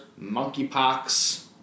Monkeypox